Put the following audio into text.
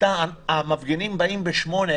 המפגינים באים בשמונה,